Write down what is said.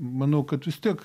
manau kad vis tiek